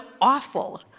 awful